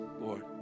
Lord